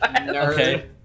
Okay